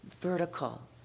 vertical